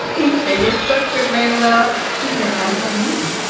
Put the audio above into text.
they say you're structured very well, she said. as are you